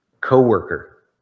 co-worker